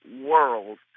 world